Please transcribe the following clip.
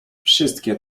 wszystkie